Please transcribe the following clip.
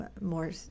more